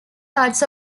parts